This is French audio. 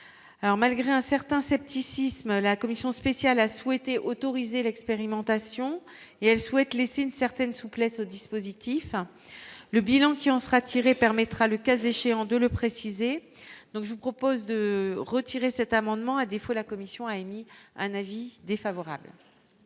alors malgré un certain scepticisme, la commission spéciale a souhaité autoriser l'expérimentation et elle souhaite laisser une certaine souplesse au dispositif, le bilan qui en sera tiré permettra, le cas échéant de le préciser, donc je vous propose de retirer cet amendement, à défaut, la commission a émis un avis défavorable.